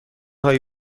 هایی